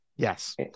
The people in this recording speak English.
Yes